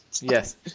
Yes